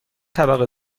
طبقه